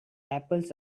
apples